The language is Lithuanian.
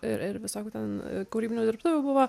ir ir visokių ten kūrybinių dirbtuvių buvo